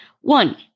One